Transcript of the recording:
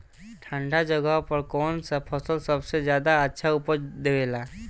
ठंढा जगह पर कौन सा फसल सबसे ज्यादा अच्छा उपज देवेला?